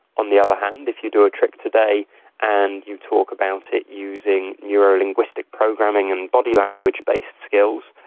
on the other hand, if you do a trick today and you talk about it using neurolinguistic programming and body language-based skills,